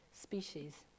species